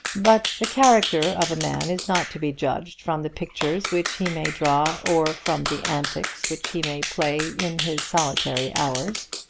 but the character of a man is not to be judged from the pictures which he may draw or from the antics which he may play in his solitary hours.